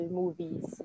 movies